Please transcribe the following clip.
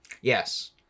yes